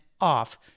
off